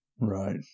Right